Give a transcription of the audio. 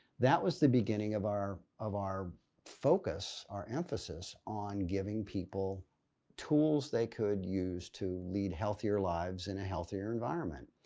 that was the beginning of our of our focus, our emphasis on giving people tools they could use to lead healthier lives in a healthier environment.